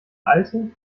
alte